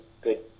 good